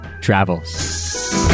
travels